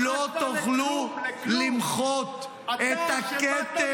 -- אתם לא תוכלו למחות את הכתם.